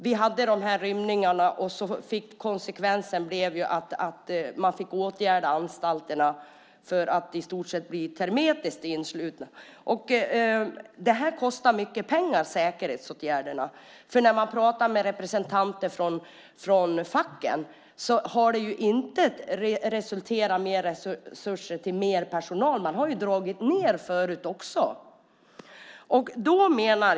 Konsekvensen av de tidigare rymningarna blev att man fick åtgärda anstalterna så att de skulle bli i stort sett hermetiskt tillslutna. De här säkerhetsåtgärderna kostar mycket pengar. Enligt representanterna från facken har det inte resulterat i resurser till mer personal. De har ju dragits ned förut också.